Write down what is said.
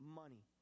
money